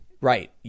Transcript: Right